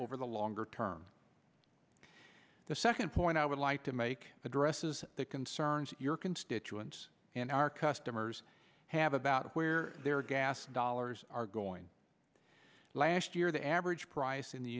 over the longer term the second point i would like to make address is the concerns your constituents and our customers have about where their gas dollars are going last year the average price in the